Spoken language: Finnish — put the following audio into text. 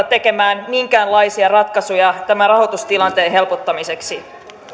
tekemään minkäänlaisia ratkaisuja tämän rahoitustilanteen helpottamiseksi